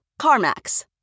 CarMax